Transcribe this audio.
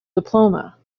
diploma